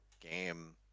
game